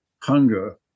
hunger